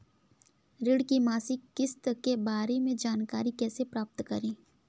ऋण की मासिक किस्त के बारे में जानकारी कैसे प्राप्त करें?